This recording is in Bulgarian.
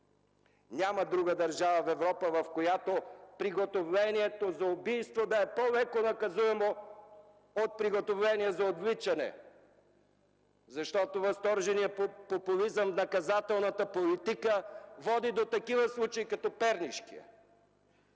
Няма друга държава в Европа, в която приготовлението за убийство да е по-леко наказуемо от приготовление за отвличане. Възторженият популизъм в наказателната политика води до такива случаи като Пернишкия!